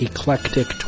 Eclectic